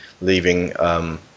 leaving –